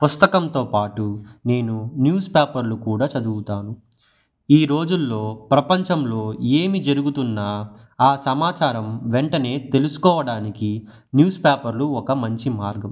పుస్తకంతో పాటు నేను న్యూస్ పేపర్లు కూడా చదువుతాను ఈ రోజుల్లో ప్రపంచంలో ఏమి జరుగుతున్నా ఆ సమాచారం వెంటనే తెలుసుకోవడానికి న్యూస్ పేపర్లు ఒక మంచి మార్గం